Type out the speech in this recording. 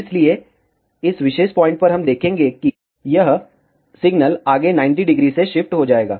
इसलिए इस विशेष पॉइंट पर हम देखेंगे कि यह सिग्नल आगे 90° से शिफ्ट हो जाएगा